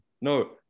no